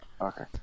Okay